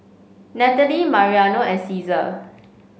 Natalie Mariano and Ceasar